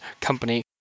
company